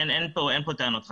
אין פה טענות חדשות.